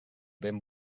vent